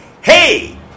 hey